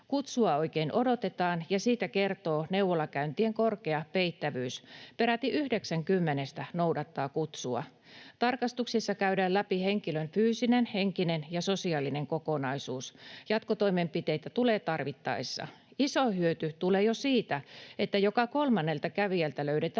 Kutsua oikein odotetaan, ja siitä kertoo neuvolakäyntien korkea peittävyys: peräti yhdeksän kymmenestä noudattaa kutsua. Tarkastuksissa käydään läpi henkilön fyysinen, henkinen ja sosiaalinen kokonaisuus, jatkotoimenpiteitä tulee tarvittaessa. Iso hyöty tulee jo siitä, että joka kolmannelta kävijältä löydetään